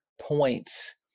points